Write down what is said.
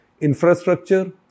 infrastructure